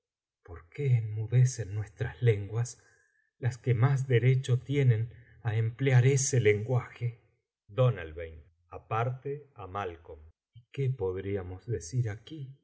por qué enmudecen nuestras lenguas las que más derecho tienen á emplear ese lenguaje aparte ámaicoim qué podríamos decír aquí